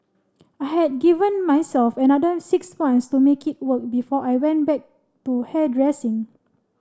I had given myself another six months to make it work before I went back to hairdressing